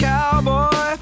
Cowboy